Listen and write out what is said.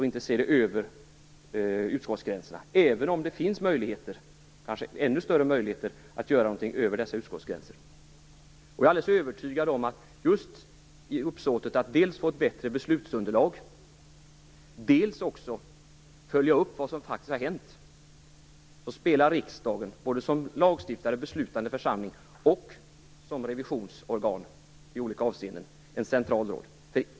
Man ser inte över utskottsgränserna, även om det kanske finns större möjligheter att göra någonting över gränserna. Just i uppsåtet att dels få ett bättre beslutsunderlag, dels faktiskt följa upp vad som hänt, spelar riksdagen en central roll, såväl som lagstiftare och beslutande församling som revisionsorgan i olika avseenden.